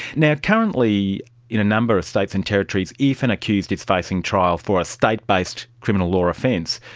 now, currently in a number of states and territories, if an accused is facing trial for a state based criminal law offence,